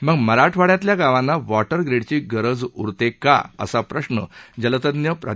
मग मराठवाइयातल्या गावांना वॉटर ग्रीडची गरज उरते का असा प्रश्न जलतज्ञ प्रा